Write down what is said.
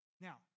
Now